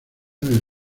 del